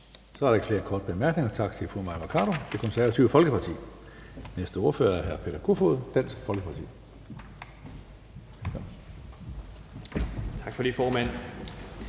Så er der ikke flere korte bemærkninger. Tak til fru Mai Mercado, Det Konservative Folkeparti. Den næste ordfører er hr. Peter Kofod, Dansk Folkeparti. Kl. 19:47 (Ordfører)